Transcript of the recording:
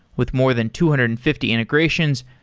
with more than two hundred and fifty integrations,